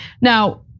Now